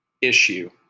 issue